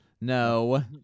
No